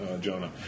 Jonah